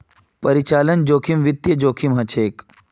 परिचालन जोखिम गैर वित्तीय जोखिम हछेक